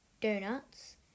Donuts